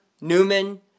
Newman